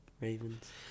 Ravens